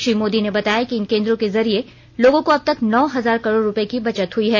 श्री मोदी ने बताया कि इन केन्द्रों के जरिए लोगों को अब तक नौ हजार करोड़ रुपये की बचत हुई है